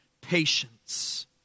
patience